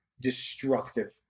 destructive